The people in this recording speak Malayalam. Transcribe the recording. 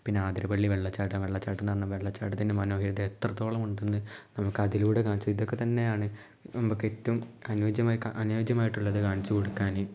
പിന്നെ ആതിരപ്പള്ളി വെള്ളച്ചാട്ടം വെള്ളച്ചാട്ടമെന്ന് പറഞ്ഞാൽ വെള്ളച്ചാട്ടത്തിൻ്റെ മനോഹാരിത എത്രത്തോള്ളം ഉണ്ടെന്ന് നമുക്കതിലൂടെ കാണിച്ച് ഇതൊക്കെ തന്നെയാണ് നമുക്കേറ്റവും അനുജ്യമായ ക അനുയോജ്യമായിട്ടുള്ളത് കാണിച്ച് കൊടുക്കാന്